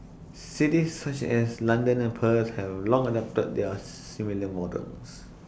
cities such as London and Perth have long adopted their similar models